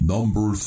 Number